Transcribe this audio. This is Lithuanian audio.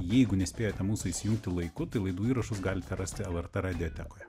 jeigu nespėjote mūsų įsijungti laiku tai laidų įrašus galite rasti lrt radiotekoje